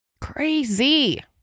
Crazy